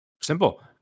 Simple